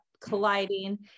colliding